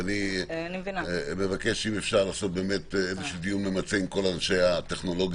ואני מבקש אם אפשר לעשות איזשהו דיון ממצה עם כל אנשי הטכנולוגיה,